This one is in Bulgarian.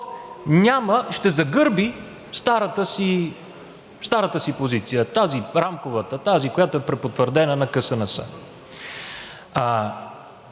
подход ще загърби старата си позиция – тази рамковата, тази, която е потвърдена на КСНС.